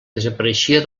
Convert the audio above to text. desapareixia